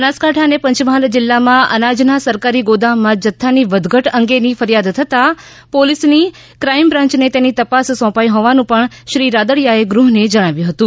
બનાસકાંઠા અને પંચમહાલ જિલ્લામાં અનાજના સરકારી ગોદામમાં જથ્થાની વધઘાટ અંગેની ફરિયાદ થતાં પોલીસની ક્રાઇમ બ્રાન્યને તેની તપાસ સોંપાઈ હોવાનુ પણ શ્રી રાદડીયા એ ગૃહ્ ને જણાવ્યુ હતું